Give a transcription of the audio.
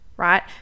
right